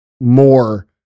more